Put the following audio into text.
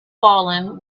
fallen